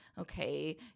okay